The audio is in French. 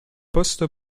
poste